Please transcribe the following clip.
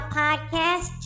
podcast